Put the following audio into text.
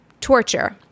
torture